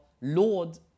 Lord